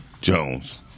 Jones